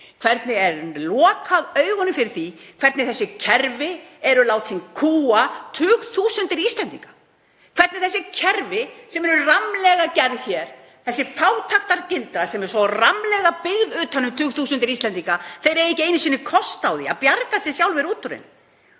augunum er lokað fyrir því hvernig þessi kerfi eru látin kúga tugþúsundir Íslendinga, þessi kerfi sem eru rammlega gerð hér, þessi fátæktargildra sem er svo rammlega byggð utan um tugþúsundir Íslendinga að þeir eiga ekki einu sinni kost á því að bjarga sér sjálfir út úr